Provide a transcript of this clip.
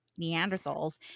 Neanderthals